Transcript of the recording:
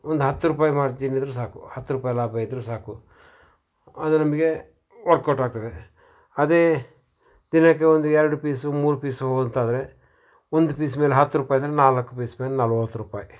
ಒಂದು ಹತ್ತು ರೂಪಾಯಿ ಮಾರ್ಜಿನ್ ಇದ್ದರೂ ಸಾಕು ಹತ್ತು ರೂಪಾಯಿ ಲಾಭ ಇದ್ದರೂ ಸಾಕು ಅದು ನಮಗೆ ವರ್ಕೌಟ್ ಆಗ್ತದೆ ಅದೇ ದಿನಕ್ಕೆ ಒಂದು ಎರಡು ಪೀಸು ಮೂರು ಪೀಸು ಹೋದಂತಾದರೆ ಒಂದು ಪೀಸ್ ಮೇಲೆ ಹತ್ತು ರೂಪಾಯಿ ಅಂದರೆ ನಾಲ್ಕು ಪೀಸ್ ಮೇಲೆ ನಲ್ವತ್ತು ರೂಪಾಯಿ